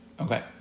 okay